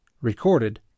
recorded